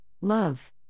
love